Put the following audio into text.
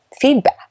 feedback